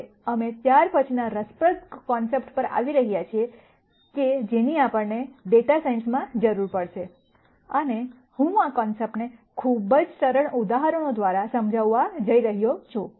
હવે અમે ત્યાર પછીના રસપ્રદ કૉન્સેપ્ટ પર આવી રહ્યા છીએ કે જેની આપણને ડેટા સાયન્સ માં જરૂર પડશે અને હું આ કૉન્સેપ્ટને ખૂબ જ સરળ ઉદાહરણો દ્વારા સમજાવવા જઈ રહ્યો છું